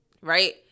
right